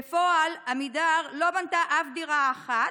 בפועל, עמידר לא בנתה אף דירה אחת,